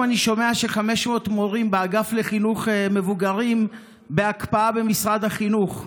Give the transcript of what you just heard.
היום אני שומע ש-500 מורים באגף לחינוך מבוגרים בהקפאה במשרד החינוך.